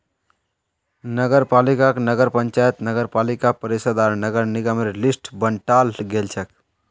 नगरपालिकाक नगर पंचायत नगरपालिका परिषद आर नगर निगमेर लिस्टत बंटाल गेलछेक